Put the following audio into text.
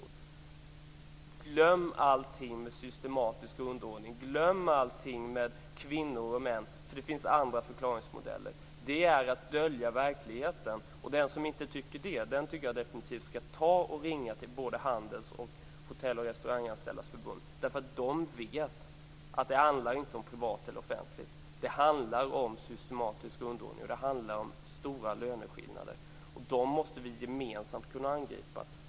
Man skall glömma allting med systematisk underordning, glömma allting med kvinnor och män - det finns andra förklaringsmodeller. Det är att dölja verkligheten. Den som inte tycker så skall definitivt ringa till Handels och Hotell och restauranganställdas förbund. De vet att det inte handlar om privat eller offentligt. Det handlar om systematisk underordning och stora löneskillnader. De skillnaderna måste vi gemensamt angripa.